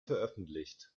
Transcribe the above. veröffentlicht